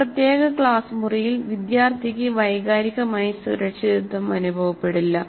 ഒരു പ്രത്യേക ക്ലാസ് മുറിയിൽ വിദ്യാർത്ഥിക്ക് വൈകാരികമായി സുരക്ഷിതത്വം അനുഭവപ്പെടില്ല